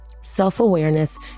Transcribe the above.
Self-awareness